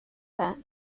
that